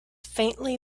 faintly